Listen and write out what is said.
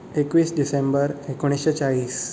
एकवीस डिसेंबर एकुणीशें चाळीस